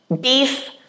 beef